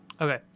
Okay